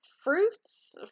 fruits